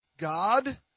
God